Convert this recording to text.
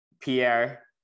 Pierre